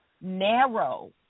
narrow